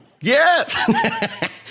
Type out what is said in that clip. Yes